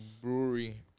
brewery